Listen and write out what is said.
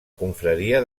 confraria